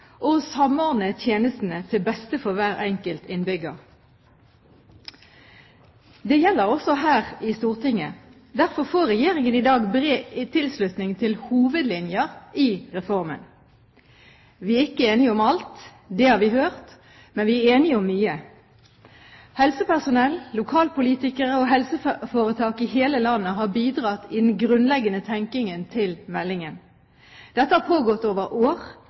å samordne tjenestene til beste for hver enkelt innbygger. Det gjelder også her i Stortinget. Derfor får Regjeringen i dag bred tilslutning til hovedlinjer i reformen. Vi er ikke enige om alt – det har vi hørt – men vi er enige om mye. Helsepersonell, lokalpolitikere og helseforetak i hele landet har bidratt i den grunnleggende tenkingen til meldingen. Dette har pågått over år